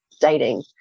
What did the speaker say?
dating